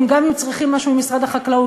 גם אם צריכים משהו ממשרד החקלאות,